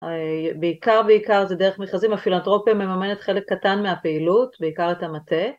בעיקר בעיקר זה דרך מכרזים, הפילנתרופיה מממנת חלק קטן מהפעילות, בעיקר את המטה.